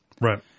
Right